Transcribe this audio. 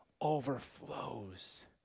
overflows